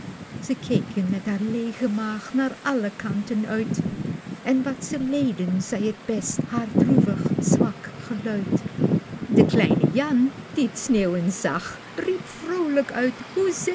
ze keken met haar leêge maag naar alle kanten uit en wat ze leden zeî het best haar droevig zwak geluid de kleine jan die t sneeuwen zag riep vroolijk uit